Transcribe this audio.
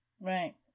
right